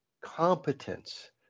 competence